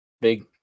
big